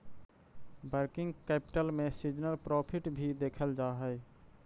working capital में seasonal profit भी देखल जा हई